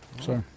Sorry